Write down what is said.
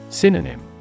Synonym